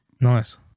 Nice